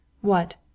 What